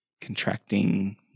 contracting